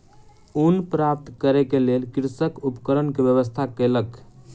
ऊन प्राप्त करै के लेल कृषक उपकरण के व्यवस्था कयलक